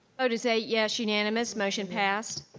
voters eight yes, unanimous, motion passed